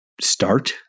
start